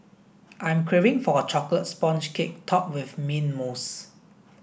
I'm craving for a chocolate sponge cake topped with mint mousse